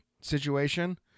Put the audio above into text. situation